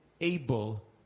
able